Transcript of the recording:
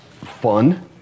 fun